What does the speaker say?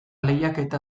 lehiaketa